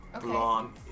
Blonde